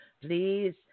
please